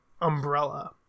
umbrella